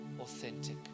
authentic